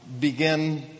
begin